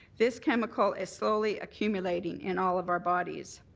this chemical is slowly accumulating in all of our bodies.